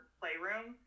playroom